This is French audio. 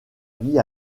vie